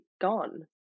gone